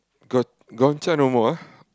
Gong Gong-Cha no more ah